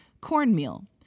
cornmeal